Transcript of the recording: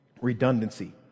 Redundancy